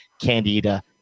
candida